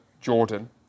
Jordan